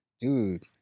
Dude